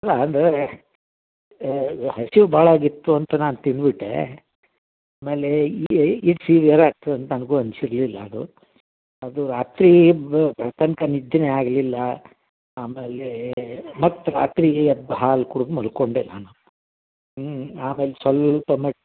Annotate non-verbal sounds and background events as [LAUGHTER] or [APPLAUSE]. ಅಲ್ಲ ಅಂದ್ರೆ ಹಸಿವು ಭಾಳ ಆಗಿತ್ತು ಅಂತ ನಾನು ತಿಂದುಬಿಟ್ಟೆ ಆಮೇಲೆ [UNINTELLIGIBLE] ಆಗ್ತದೆ ಅಂತ ನನಗೂ ಅನ್ನಿಸಿರ್ಲಿಲ್ಲ ಅದು ಅದು ರಾತ್ರಿ ಬೆಳಿಗ್ಗೆ ತನಕ ನಿದ್ದೆನೇ ಆಗಲಿಲ್ಲ ಆಮೇಲೆ ಮತ್ತು ರಾತ್ರಿ ಎದ್ದು ಹಾಲು ಕುಡ್ದು ಮಲ್ಕೊಂಡೆ ನಾನು ಆಮೇಲೆ ಸ್ವಲ್ಪ ಮಟ್